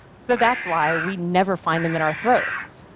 so that's why we never find them in our throats.